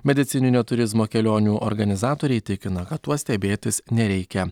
medicininio turizmo kelionių organizatoriai tikina kad tuo stebėtis nereikia